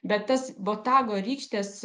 bet tas botago rykštės